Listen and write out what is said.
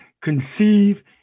conceive